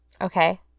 Okay